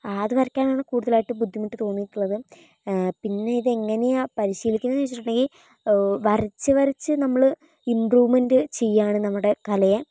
ആ അത് വരയ്ക്കാനാണ് കൂടുതലായിട്ട് ബുദ്ധിമുട്ട് തോന്നിയിട്ടുള്ളത് പിന്നെ ഇതെങ്ങനെയാണ് പരിശീലിക്കുന്നതെന്നു വച്ചിട്ടുണ്ടെങ്കിൽ വരച്ച് വരച്ച് നമ്മള് ഇബ്രൂവ്മെൻ്റ് ചെയ്യുകയാണ് നമ്മുടെ കലയെ